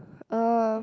uh